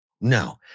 No